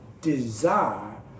desire